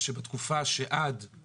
שיקול הדעת שלה יותר רחב,